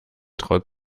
traut